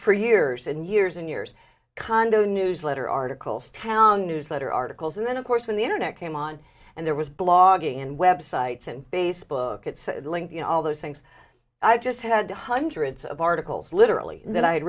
for years and years and years kondo newsletter articles town newsletter articles and then of course when the internet came on and there was blogging and websites and base book at link you know all those things i just had hundreds of articles literally that i had